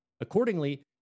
Accordingly